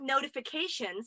notifications